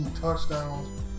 touchdowns